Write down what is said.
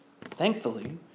Thankfully